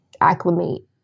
acclimate